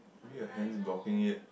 maybe your hands blocking it